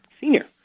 Senior